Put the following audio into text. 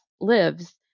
lives